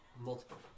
multiple